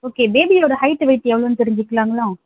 okay பேபியோடய height weight எவ்வளோன்னு தெரிஞ்சுக்கிலாங்களா